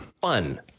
fun